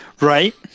Right